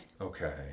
Okay